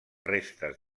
restes